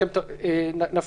בחלופות (1) ו-(2) בעמוד הקודם,